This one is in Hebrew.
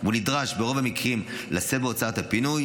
נדרש ברוב המקרים לשאת בהוצאות הפינוי.